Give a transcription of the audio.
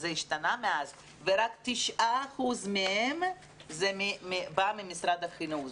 זה השתנה מאז, ורק 9% בא ממשרד החינוך.